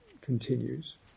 continues